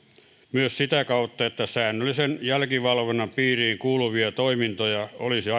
myös sitä kautta että säännöllisen jälkivalvonnan piiriin kuuluvia toimintoja olisi